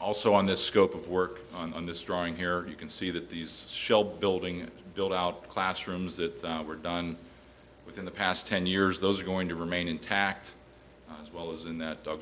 also on the scope of work on this drawing here you can see that these shell building build out classrooms that were done within the past ten years those are going to remain intact as well as in that dog